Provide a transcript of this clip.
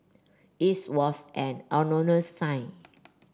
its was an sign